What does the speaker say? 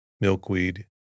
milkweed